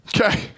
Okay